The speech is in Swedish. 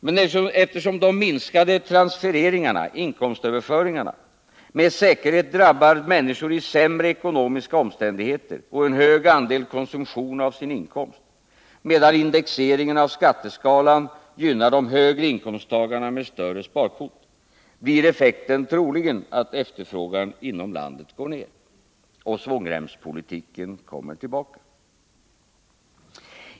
Men eftersom de minskade transfereringarna med säkerhet drabbar människor i sämre ekonomiska omständigheter och en hög andel konsumtion av inkomsten, medan indexeringen av skatteskalan gynnar de högre inkomsttagarna med större sparkvot, blir effekten troligen att efterfrågan inom landet går ner och svångremspolitiken kommer tillbaka.